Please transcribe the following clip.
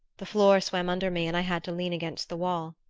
the floor swam under me and i had to lean against the wall.